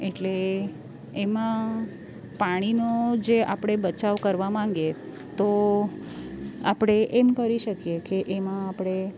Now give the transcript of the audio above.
એટલે એમાં પાણીનો જે આપણે બચાવ કરવા માંગીએ તો આપણે એમ કરી શકીએ કે એમાં આપણે